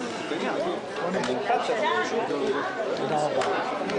לישיבה הבאה.